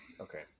Okay